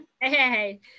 Hey